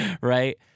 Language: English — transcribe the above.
right